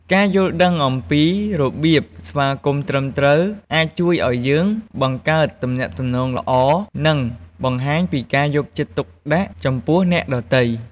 ការយល់ដឹងអំពីរបៀបស្វាគមន៍ត្រឹមត្រូវ អាចជួយឱ្យយើងបង្កើតទំនាក់ទំនងល្អ និងបង្ហាញពីការយកចិត្តទុកដាក់ចំពោះអ្នកដទៃ។